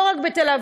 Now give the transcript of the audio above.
לא רק בתל-אביב,